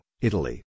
Italy